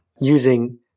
using